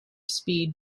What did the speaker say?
speed